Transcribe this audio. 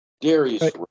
Darius